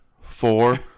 four